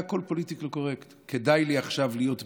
נהיה הכול פוליטיקלי קורקט: כדאי לי עכשיו להיות בעד,